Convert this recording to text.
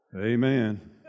amen